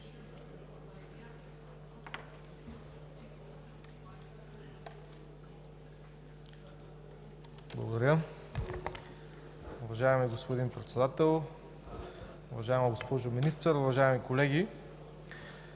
Благодаря. Уважаеми господин Председател, уважаема госпожо Министър, уважаеми колеги!